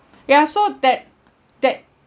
ya so that that